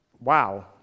Wow